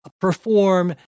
perform